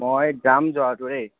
মই যাম যোৱাটোৰে